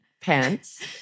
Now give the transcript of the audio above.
pants